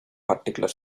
particular